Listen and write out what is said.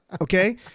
Okay